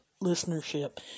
listenership